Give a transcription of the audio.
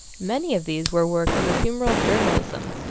many of these were works of ephemeral journalism,